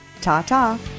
ta-ta